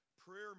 prayer